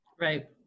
Right